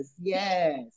Yes